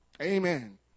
Amen